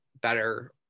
better